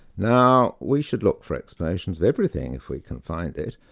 now, we should look for explanations of everything if we can find it,